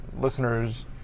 listeners